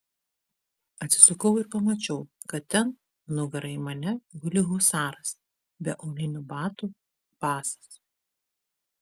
atsisukau ir pamačiau kad ten nugara į mane guli husaras be aulinių batų basas